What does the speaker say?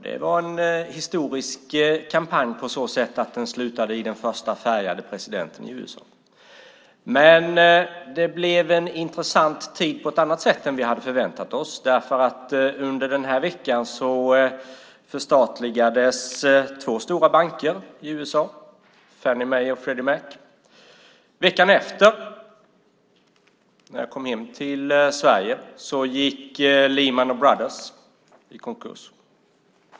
Det var en historisk kampanj eftersom den slutade med den första färgade presidenten i USA. Det blev dock en intressant tid på ett annat sätt än vi hade förväntat oss. Under vår vecka förstatligades två stora banker i USA, Fannie Mae och Freddie Mac. Veckan efter, när jag var tillbaka i Sverige, gick Lehman Brothers i konkurs.